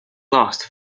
lost